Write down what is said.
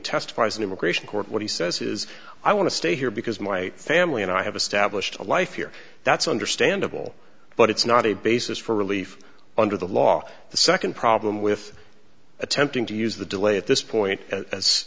testifies in immigration court what he says is i want to stay here because my family and i have established a life here that's understandable but it's not a basis for relief under the law the second problem with attempting to use the delay at this point as